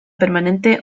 permanente